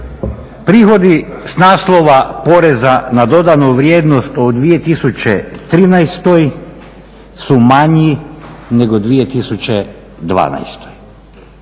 Prihodi s naslova poreza na dodatnu vrijednost u 2013. su manji nego 2012.